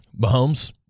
Mahomes